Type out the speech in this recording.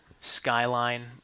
Skyline